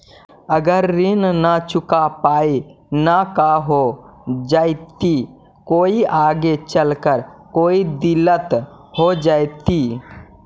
अगर ऋण न चुका पाई न का हो जयती, कोई आगे चलकर कोई दिलत हो जयती?